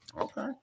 okay